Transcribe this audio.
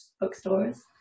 bookstores